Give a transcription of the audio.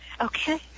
Okay